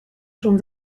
schon